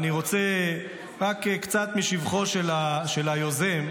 אני רוצה לומר רק קצת משבחו של היוזם,